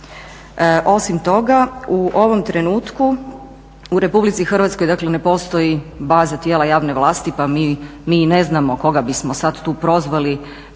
Osim toga u ovom trenutku u Republici Hrvatskoj, dakle ne postoji baza tijela javne vlasti pa mi i ne znamo koga bismo sad tu prozvali